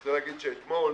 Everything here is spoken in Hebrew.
רוצה להגיד שאתמול